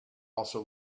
also